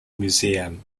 museum